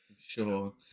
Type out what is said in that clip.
Sure